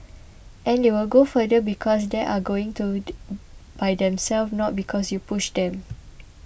and they will go further because they are going to by themselves not because you pushed them